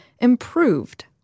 improved